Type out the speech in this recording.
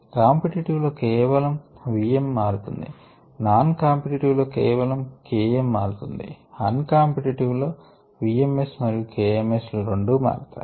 competitive లో కేవలం v m మారుతుంది నాన్ కాంపిటిటివ్ లో కేవలం k m మారుతుంది అన్ కాంపిటిటివ్ లో v ms మరియు k ms లు రెండూ మారతాయి